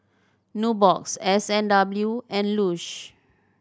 Nubox S and W and Lush